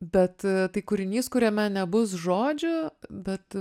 bet tai kūrinys kuriame nebus žodžių bet